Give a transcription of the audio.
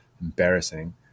Embarrassing